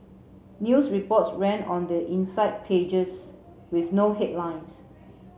news reports ran on the inside pages with no headlines